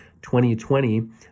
2020